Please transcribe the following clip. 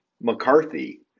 mccarthy